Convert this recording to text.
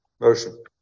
Motion